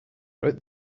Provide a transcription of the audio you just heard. wrote